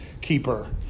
keeper